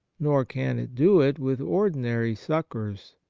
nor can it do it with ordinary succours.